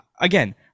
again